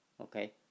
Okay